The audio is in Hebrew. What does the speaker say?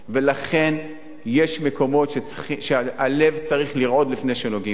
ולכן יש מקומות שהלב צריך לרעוד לפני שנוגעים בהם.